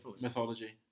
mythology